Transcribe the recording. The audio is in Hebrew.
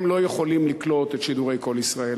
הם לא יכולים לקלוט את שידורי "קול ישראל",